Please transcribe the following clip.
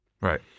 Right